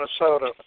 Minnesota